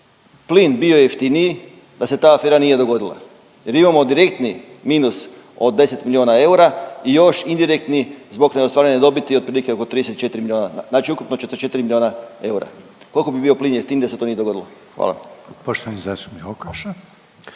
plin bio jeftiniji da se ta afera nije dogodila. Jer imamo direktni minus od 10 milijuna eura i još indirektni zbog neostvarene dobiti otprilike oko 34 milijuna. Znači ukupno 44 milijuna eura. Koliko bi bio plin jeftiniji da se to nije dogodilo? Hvala.